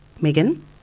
Megan